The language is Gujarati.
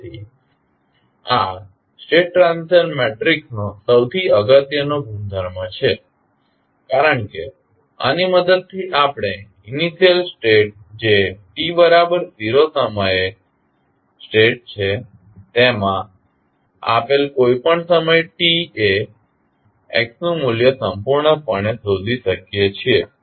તેથી આ સ્ટેટ ટ્રાન્ઝિશન મેટ્રિક્સનો સૌથી અગત્યનો ગુણધર્મ છે કારણ કે આની મદદથી આપણે આપેલ ઇનિશિયલ સ્ટેટ જે t બરાબર 0 સમયે સ્ટેટ છે તેમાં આપેલ કોઈપણ સમય t એ x નું મૂલ્ય સંપૂર્ણપણે શોધી શકીએ છીએ